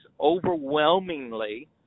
overwhelmingly